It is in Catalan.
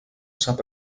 sap